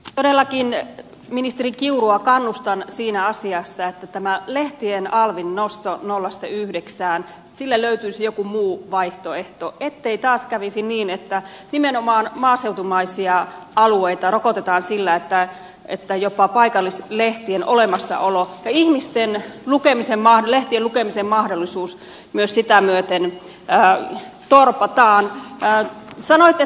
todellakin ministeri kiurua kannustan siinä asiassa että tälle lehtien alvin nostolle nollasta yhdeksään löytyisi joku muu vaihtoehto ettei taas kävisi niin että nimenomaan maaseutumaisia alueita rokotetaan sillä että jopa paikallislehtien olemassaolo ja ihmisten lehtien lukemisen mahdollisuus myös sitä myöten torpataan